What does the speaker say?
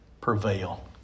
prevail